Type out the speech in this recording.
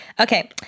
Okay